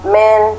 men